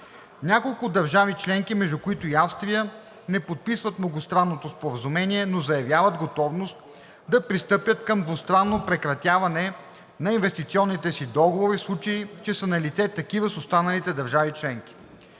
Няколко държави членки, между които и Австрия, не подписват Многостранното споразумение, но заявяват готовност да пристъпят към двустранно прекратяване на инвестиционните си договори, в случай че са налице такива с останалите държави членки.